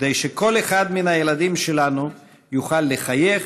כדי שכל אחד מהילדים שלנו יוכל לחייך,